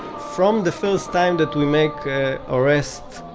from the first time that we make arrest,